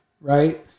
right